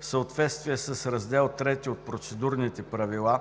съответствие с Раздел III от Процедурните правила